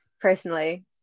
personally